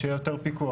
שיהיה יותר פיקוח,